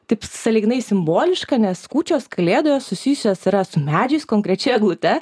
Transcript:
taip sąlyginai simboliška nes kūčios kalėdos susijusios yra su medžiais konkrečiai eglute